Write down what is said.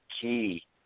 key